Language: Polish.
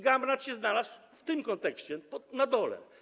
Gamrat się znalazł w tym kontekście na dole.